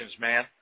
man